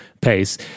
pace